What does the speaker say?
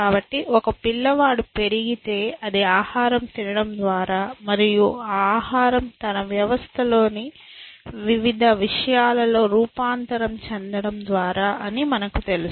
కాబట్టి ఒక పిల్లవాడు పెరిగితే అది ఆహారం తినడం ద్వారా మరియు ఆ ఆహారం తన వ్యవస్థలోని వివిధ విషయాలలో రూపాంతరం చెందడం ద్వారా అని మనకు తెలుసు